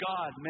God